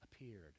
appeared